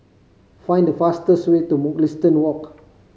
find the fastest way to Mugliston Walk